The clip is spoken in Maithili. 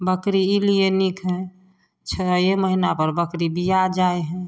बकरी ई लिए नीक हइ छओ महीना पर बकरी बिया जाइ हइ